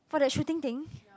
for that shooting thing